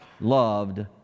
loved